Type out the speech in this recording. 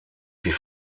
die